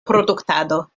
produktado